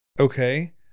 Okay